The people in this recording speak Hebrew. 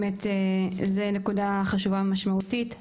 זו נקודה באמת חשובה ומשמעותית.